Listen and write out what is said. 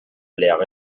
plaire